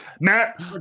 Matt